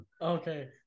okay